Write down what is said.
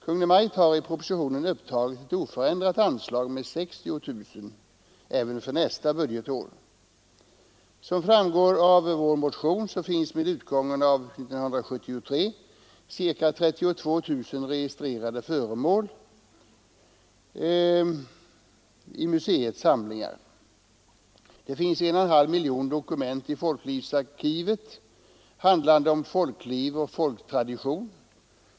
Kungl. Maj:t har i propositionen upptagit ett oförändrat anslag med 60 000 kronor även för nästa budgetår. Som framgår av vår motion finns med utgången av 1973 ca 32000 registrerade föremål i museets samlingar. Det finns ca 1,5 miljoner dokument i folklivsarkivet handlande om folkliv och folktradition.